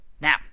Now